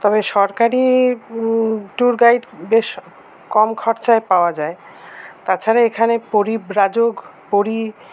তবে সরকারি tour guide বেশ কম খরচায় পাওয়া যায় তাছাড়া এখানে পরিব্রাজক পরি